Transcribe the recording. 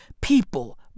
people